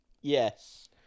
Yes